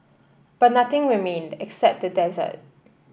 but nothing remained except the desert